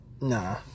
Nah